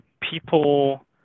people